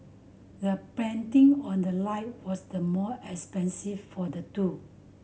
the painting on the light was the more expensive for the two